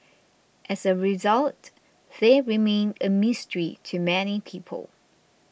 as a result they remain a mystery to many people